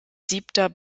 siebter